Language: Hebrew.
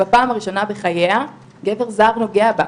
בפעם הראשונה בחייה, גבר זר נוגע בה,